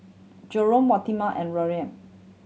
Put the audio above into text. Jerome Waneta and Maryam